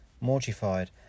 Mortified